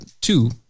two